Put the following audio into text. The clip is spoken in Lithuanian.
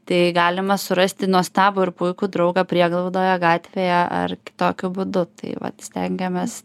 tai galima surasti nuostabų ir puikų draugą prieglaudoje gatvėje ar kitokiu būdu taip vat stengiamės